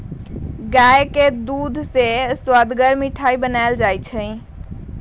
गाय के दूध से सुअदगर मिठाइ बनाएल जाइ छइ